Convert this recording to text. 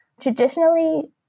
Traditionally